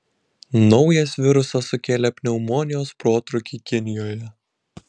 naujas virusas sukėlė pneumonijos protrūkį kinijoje